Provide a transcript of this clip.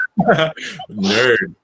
Nerd